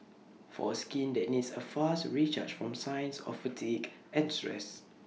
for skin that needs A fast recharge from signs of fatigue and stress